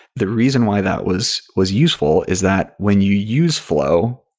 the reason why that was was useful is that when you use flow,